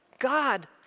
God